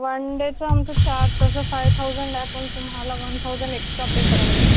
one डेचं आमचं charge तसं फाईव्ह थाउजंड आहे पण तुम्हाला वन थाउजंड एक्स्ट्रा पे करावं लागेल